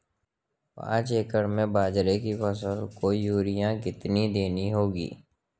पांच एकड़ में बाजरे की फसल को यूरिया कितनी देनी होगी?